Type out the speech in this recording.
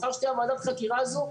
מחר כשתהיה ועדת החקירה הזאת,